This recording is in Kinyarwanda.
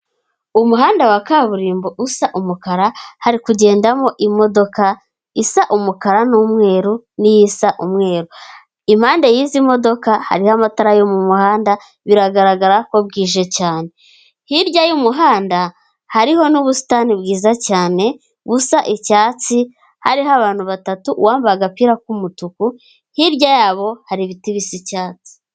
Umuhanda wa kaburimbo usa umukara, hari kugendamo imodoka isa umukara n'umweru n'iyisa umweru, impande y'izi modoka hari amatara yo mu muhanda, biragaragara ko bwije cyane, hirya y'umuhanda hariho n'ubusitani bwiza cyane busa icyatsi hariho abantu batatu, uwambaye agapira k'umutuku, hirya yabo hari ibiti bisa icyatsi.